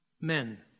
men